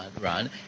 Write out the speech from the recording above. run